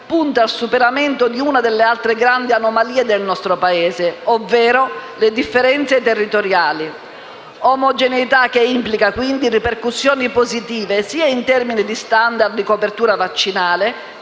punta al superamento di una delle altre grandi anomalie del nostro Paese, ovvero le differenze territoriali. Omogeneità che implica, quindi, ripercussioni positive in termini sia di *standard* di copertura vaccinale